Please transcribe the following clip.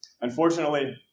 Unfortunately